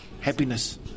Happiness